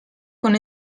con